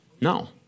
No